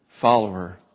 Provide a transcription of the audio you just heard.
follower